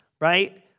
Right